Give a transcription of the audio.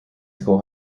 school